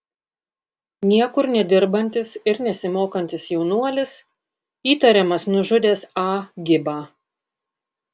niekur nedirbantis ir nesimokantis jaunuolis įtariamas nužudęs a gibą